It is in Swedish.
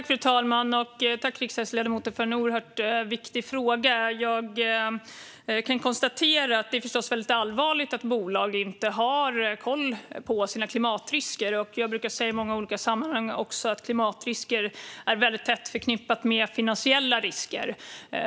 Fru talman! Tack, riksdagsledamoten, för en oerhört viktig fråga! Jag kan konstatera att det förstås är väldigt allvarligt att bolag inte har koll på sina klimatrisker. Jag brukar säga i många olika sammanhang att klimatrisker också är tätt förknippade med finansiella risker.